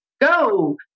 go